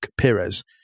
Pires